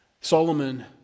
Solomon